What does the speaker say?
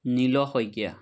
Neel Saikia